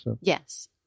Yes